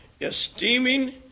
esteeming